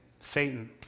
Satan